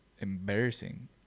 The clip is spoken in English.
embarrassing